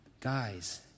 Guys